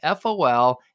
FOL